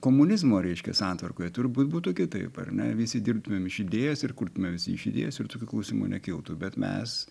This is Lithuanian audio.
komunizmo reiškia santvarkoje turbūt būtų kitaip ar ne visi dirbtumėm iš idėjos ir kurtume visi iš idėjos ir tokių klausimų nekiltų bet mes